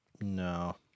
No